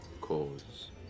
cause